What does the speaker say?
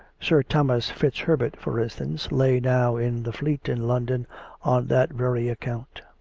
sir thomas fitzherbert, for instance, lay now in the fleet in london on that very account.